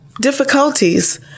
difficulties